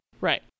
Right